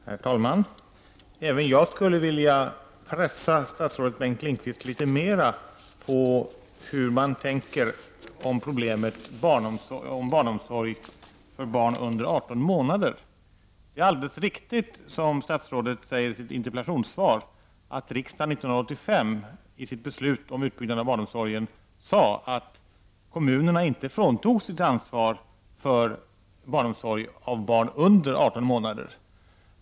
Herr talman! Även jag skulle vilja pressa statsrådet Bengt Lindqvist litet mera på hur man tänker om problemet barnomsorg för barn under 18 månader. Det är alldeles riktigt, som statsrådet säger i sitt interpellationssvar, att riksdagen 1985 i sitt beslut om utbyggnad av barnomsorgen sade att kommunerna inte fråntogs sitt ansvar för barnomsorg för barn under 18 månader.